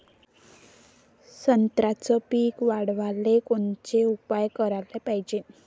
संत्र्याचं पीक वाढवाले कोनचे उपाव कराच पायजे?